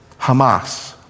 Hamas